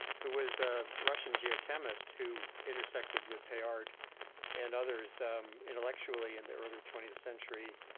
who was a russian geochemist who intersected with teilhard and others um intellectually in the early twentieth century.